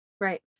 Right